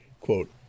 quote